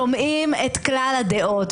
שומעים את כלל הדעות.